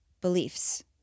beliefs